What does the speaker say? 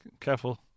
careful